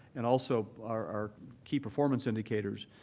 and also our our key performance indicators,